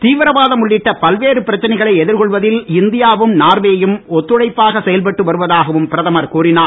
தீவிரவாதம் உள்ளிட்ட பல்வேறு பிரச்னைகளை எதிர்கொள்வதில் இந்தியாவும் நார்வேயும் ஒத்துழைப்பாக செயல்பட்டு வருவதாகவும் பிரதமர் கூறினார்